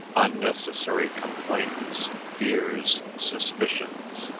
unnecessary complaints, fears, suspicions,